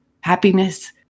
Happiness